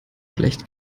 schlecht